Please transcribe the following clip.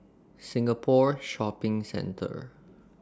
Singapore Shopping Centre